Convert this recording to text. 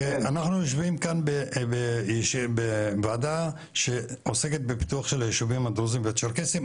אנחנו יושבים כאן בוועדה שעוסקת בפיתוח של היישובים הדרוזים והצ'רקסיים,